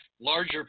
larger